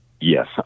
Yes